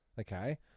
okay